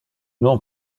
non